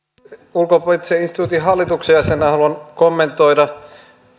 ulkopoliittisen instituutin hallituksen jäsenenä haluan kommentoida